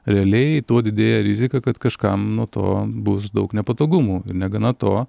realiai tuo didėja rizika kad kažkam nuo to bus daug nepatogumų ir negana to